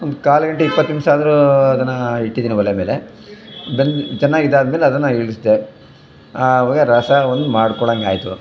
ಒಂದು ಕಾಲು ಗಂಟೆ ಇಪ್ಪತ್ತು ನಿಮಿಷ ಆದರೂ ಅದನ್ನು ಇಟ್ಟಿದ್ದೀನಿ ಒಲೆ ಮೇಲೆ ಬೆಂದು ಚೆನ್ನಾಗಿ ಇದಾದ್ಮೇಲೆ ಅದನ್ನು ಇಳಿಸ್ದೆ ಆವಾಗ ರಸ ಒಂದು ಮಾಡ್ಕೋಳೊಂಗಾಯ್ತು